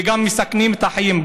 וגם מסכנים את החיים,